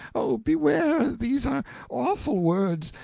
oh, beware! these are awful words!